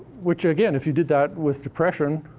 which, again, if you did that with depression,